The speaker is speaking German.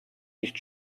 nicht